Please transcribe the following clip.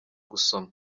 gusoma